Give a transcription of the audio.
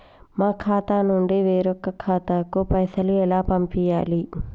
మా ఖాతా నుండి వేరొక ఖాతాకు పైసలు ఎలా పంపియ్యాలి?